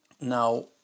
Now